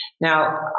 Now